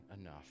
enough